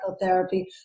therapy